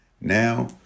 now